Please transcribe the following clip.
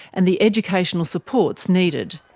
and the educational supports needed.